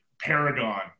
Paragon